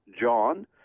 John